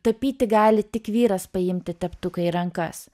tapyti gali tik vyras paimti teptuką į rankas